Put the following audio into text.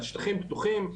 על שטחים פתוחים,